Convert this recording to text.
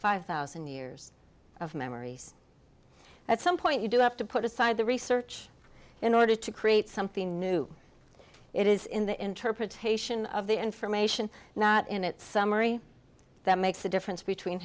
five thousand years of memories at some point you do have to put aside the research in order to create something new it is in the interpretation of the information not in its summary that makes the difference between